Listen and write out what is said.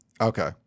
Okay